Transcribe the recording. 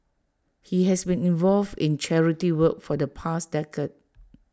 he has been involved in charity work for the past decade